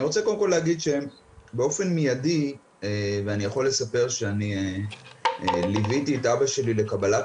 אני יכול לספר שליוויתי את אבא שלי לקבלת